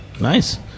nice